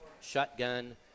Shotgun